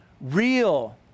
real